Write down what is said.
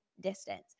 distance